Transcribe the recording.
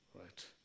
right